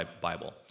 Bible